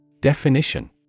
Definition